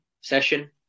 session